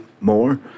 more